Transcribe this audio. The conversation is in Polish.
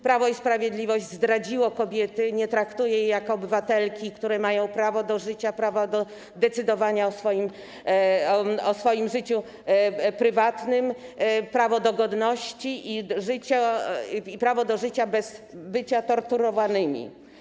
Prawo i Sprawiedliwość zdradziło kobiety, nie traktuje ich jak obywatelki, które mają prawo do życia, prawo do decydowania o swoim życiu prywatnym, prawo do godności i prawo do życia bez bycia torturowanym.